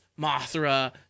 Mothra